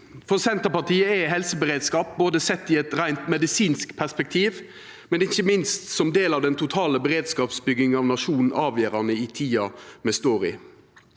For Senterpartiet er helseberedskap, både sett i eit reint medisinsk perspektiv og ikkje minst som del av den totale beredskapsbygginga i nasjonen, avgjerande i tida me står i.